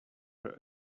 her